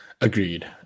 Agreed